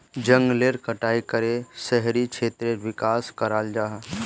जनगलेर कटाई करे शहरी क्षेत्रेर विकास कराल जाहा